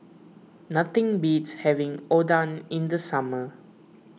nothing beats having Oden in the summer